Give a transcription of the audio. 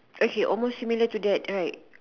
okay almost similar to that right